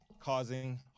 causing